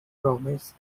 promise